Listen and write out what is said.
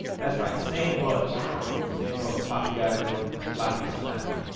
that's right same foot same pose papa gotta go floppy snappy.